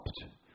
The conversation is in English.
stopped